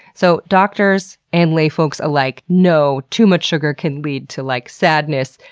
so, doctors and layfolks alike know too much sugar can lead to like sadness,